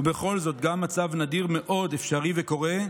ובכל זאת גם מצב נדיר מאוד אפשרי וקורה.